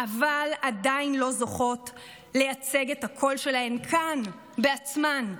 אבל עדיין לא זוכות לייצג את הקול שלהן כאן בעצמן.